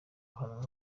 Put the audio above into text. ahanwa